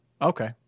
Okay